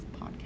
podcast